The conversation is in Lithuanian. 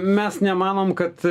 mes nemanom kad